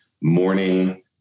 morning